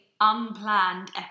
unplanned